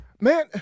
Man